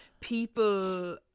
people